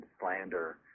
slander